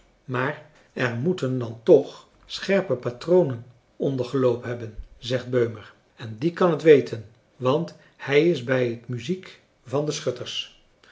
maar er moeten dan toch scherpe patronen onder geloop en hebben zegt beumer en die kan het weten françois haverschmidt familie en kennissen want hij is bij het muziek van de schutters